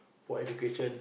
for education